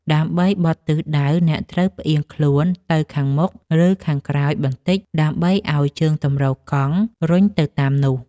ដើម្បីបត់ទិសដៅ អ្នកត្រូវផ្អៀងខ្លួនទៅខាងមុខ ឬខាងក្រោយបន្តិច ដើម្បីឱ្យជើងទម្រកង់រុញទៅតាមនោះ។